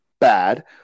Bad